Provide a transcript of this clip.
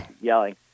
yelling